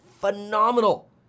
phenomenal